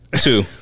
Two